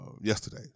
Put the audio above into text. yesterday